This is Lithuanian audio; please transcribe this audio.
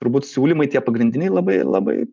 turbūt siūlymai tie pagrindiniai labai labai